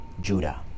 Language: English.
Judah